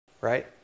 Right